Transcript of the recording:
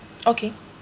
okay